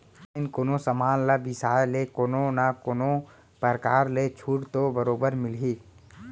online कोनो समान ल बिसाय ले कोनो न कोनो परकार के छूट तो बरोबर मिलही